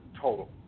total